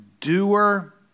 doer